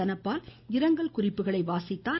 தனபால் இரங்கல் குறிப்புகளை வாசித்தார்